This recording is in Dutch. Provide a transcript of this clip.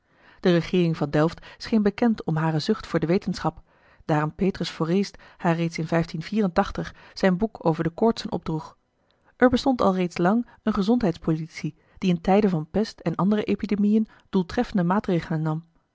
de regeering van delft scheen bekend om hare zucht voor de wetenschap daar een petrus foreest haar reeds in zijn boek over de koortsen opdroeg er bestond al reeds lang eene gezondheidspolitie die in tijden van pest en andere epidemiën doeltreffende maatregelen nam